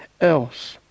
else